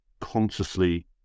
consciously